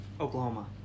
Oklahoma